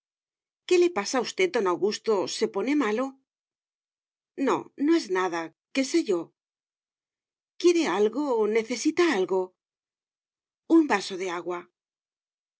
qué le pasa a usted don augusto se pone malo no no es nada qué sé yo quiere algo necesita algo un vaso de agua